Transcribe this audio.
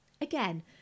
again